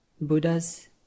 Buddha's